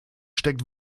steckt